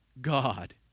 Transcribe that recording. God